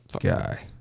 Guy